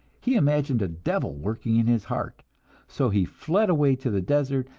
he imagined a devil working in his heart so he fled away to the desert,